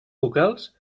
vocals